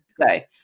today